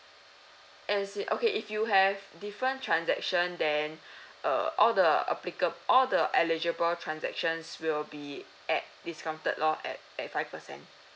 okay if you have different transaction then uh all the applicab~ all the eligible transactions will be at discounted loh at at five percent